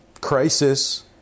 crisis